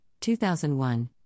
2001